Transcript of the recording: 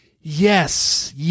Yes